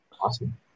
Awesome